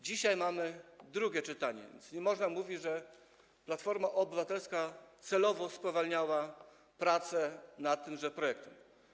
Dzisiaj mamy drugie czytanie, więc nie można mówić, że Platforma Obywatelska celowo spowalniała prace nad tymże projektem.